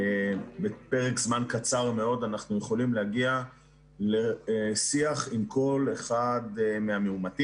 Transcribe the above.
בפרק זמן קצר מאוד אנחנו יכולים להגיע לשיח עם כל אחד מהמאומתים,